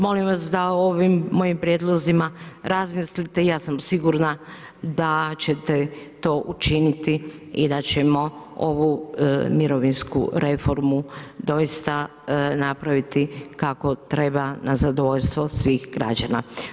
Molim vas da ovim mojim prijedlozima razmislite, ja sam sigurna da ćete to učiniti i da ćemo ovu mirovinsku reformu doista napraviti kako treba na zadovoljstvo svih građana.